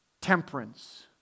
temperance